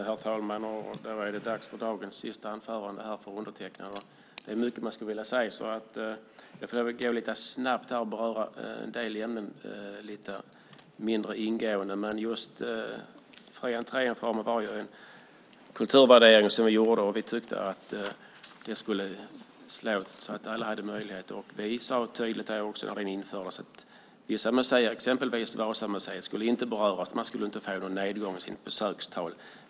Herr talman! Det är dags för dagens sista anförande för undertecknad. Det är mycket jag skulle vilja säga. Jag får snabbt gå igenom en del ämnen lite mindre ingående. Reformen med fri entré var en kulturvärdering vi gjorde. Det skulle slå så att alla hade möjlighet. Vi sade tydligt när avgift infördes att vissa museer, till exempel Vasamuseet, inte skulle beröras. De skulle inte få någon nedgång i sina besökstal.